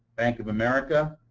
bank of america,